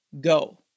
go